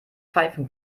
pfeifen